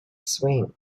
swing